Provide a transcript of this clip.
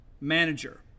manager